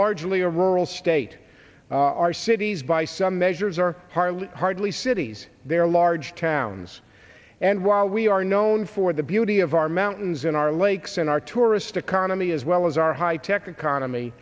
largely a rural state our cities by some measures are hardly cities they are large towns and while we are known for the beauty of our mountains in our lakes and our tourist economy as well as our high tech economy